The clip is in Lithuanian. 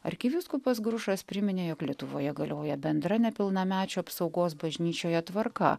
arkivyskupas grušas priminė jog lietuvoje galioja bendra nepilnamečių apsaugos bažnyčioje tvarka